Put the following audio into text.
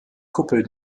kuppel